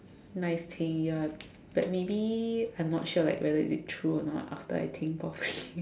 nice thing ya but maybe I'm not sure like whether is it true or not after I think properly